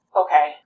okay